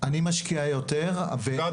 אני משקיע יותר, וזה לא מדויק.